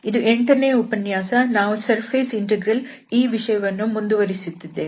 ಇದು ಎಂಟನೇ ಉಪನ್ಯಾಸ ನಾವು ಸರ್ಫೇಸ್ ಇಂಟೆಗ್ರಲ್ ಈ ವಿಷಯವನ್ನು ಮುಂದುವರಿಸುತ್ತಿದ್ದೇವೆ